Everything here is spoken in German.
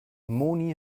moni